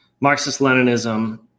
Marxist-Leninism